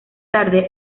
tarde